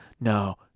No